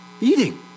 Eating